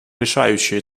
решающий